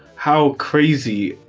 how crazy